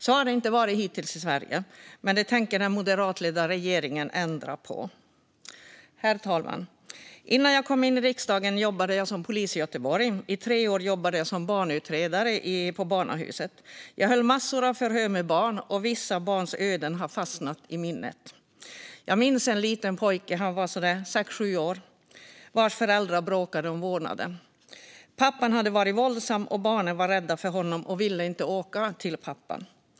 Så har det inte varit hittills i Sverige, men det tänker den moderatledda regeringen ändra på. Herr talman! Innan jag kom in i riksdagen jobbade jag som polis i Göteborg, och i tre år jobbade jag som barnutredare på Barnahus. Jag höll massor av förhör med barn, och vissa barns öden har fastnat i minnet. Jag minns en liten pojke - han var sisådär sex sju år - vars föräldrar bråkade om vårdnaden. Pappan hade varit våldsam, och barnen var rädda för honom och ville inte åka till honom.